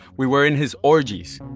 we were in his orgies,